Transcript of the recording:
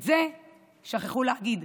את זה שכחו להגיד.